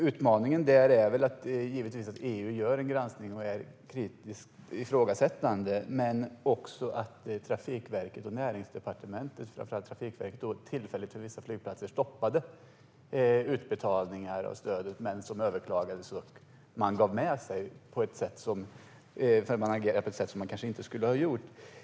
Utmaningen är givetvis att EU gör en granskning och är kritiskt ifrågasättande, men också att Näringsdepartementet och framför allt Trafikverket tillfälligt stoppade utbetalningar av stöd till vissa flygplatser. Men detta överklagades och man gav med sig för att man hade agerat på ett sätt som man kanske inte skulle ha gjort.